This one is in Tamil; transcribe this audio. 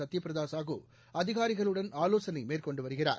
சத்யபிரதசாகுஅதிகாரிகளுடன் ஆலோசனைமேற்கொண்டுவருகிறார்